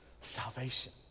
salvation